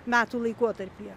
metų laikotarpyje